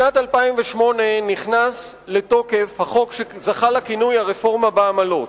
בשנת 2008 נכנס לתוקף החוק שזכה לכינוי "הרפורמה בעמלות".